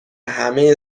همه